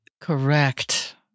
Correct